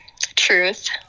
Truth